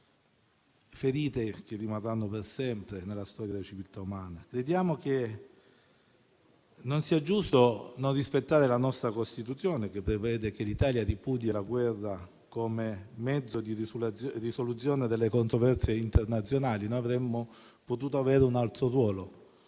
ferite che rimarranno per sempre nella storia della civiltà umana. Crediamo che non sia giusto non rispettare la nostra Costituzione, che prevede che l'Italia ripudi la guerra come mezzo di risoluzione delle controversie internazionali. Avremmo potuto avere un altro ruolo,